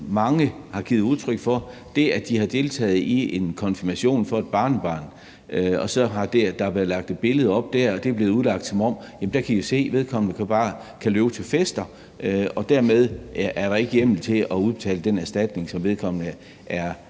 mange har givet udtryk for, nemlig at det, at de har deltaget i en konfirmation for et barnebarn, og at der er blevet lagt et billede op fra festen, der er blevet udlagt som, at man der bare kan se, at vedkommende kan løbe til fester, og at der derfor ikke er hjemmel til at udbetale den erstatning, som vedkommende har